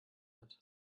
hat